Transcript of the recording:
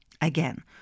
Again